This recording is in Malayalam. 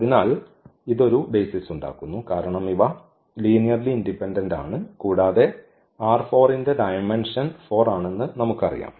അതിനാൽ ഇത് ഒരു ബെയ്സിസ് ഉണ്ടാക്കുന്നു കാരണം ഇവ ലീനിയർലി ഇൻഡിപെൻഡന്റ് ആണ് കൂടാതെ ന്റെ ഡയമെൻഷൻ 4 ആണെന്ന് നമുക്കറിയാം